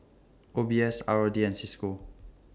O B S R O D and CISCO